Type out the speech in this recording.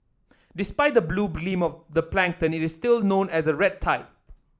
despite the blue gleam of the plankton it is still known as a red tide